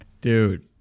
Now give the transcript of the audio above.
Dude